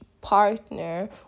partner